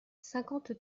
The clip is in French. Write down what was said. cinquante